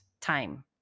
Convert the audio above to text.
time